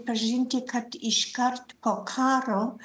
pažinti kad iškart po karo